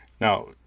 now